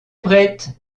prête